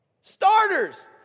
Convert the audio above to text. Starters